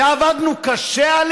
ועבדנו עליה קשה,